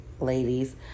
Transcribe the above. ladies